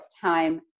time